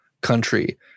country